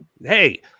Hey